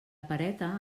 pereta